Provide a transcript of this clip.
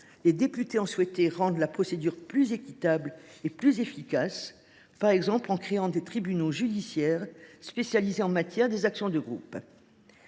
lieu, ils ont souhaité rendre la procédure plus équitable et plus efficace, par exemple en instituant des tribunaux judiciaires spécialisés en matière d’action de groupe.